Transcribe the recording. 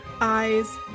eyes